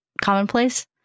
commonplace